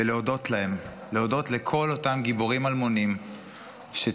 להודות לכל אותם גיבורים אלמונים שצעדו